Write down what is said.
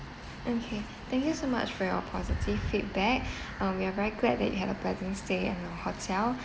okay thank you so much for your positive feedback um we are very glad that you have a pleasant stay at our hotel